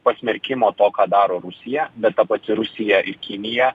pasmerkimo to ką daro rusija bet ta pati rusija ir kinija